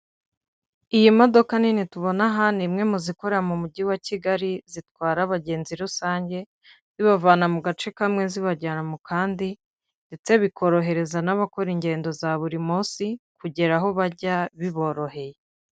Iyi modoka nini tubona aha ni imwe mu zikora mu mujyi wa Kigali zitwara abagenzi rusange zibavana mu gace kamwe zibajyana mu kandi, ndetse bikorohereza n'abakora ingendo za buri munsi kugera aho bajya biboroheye.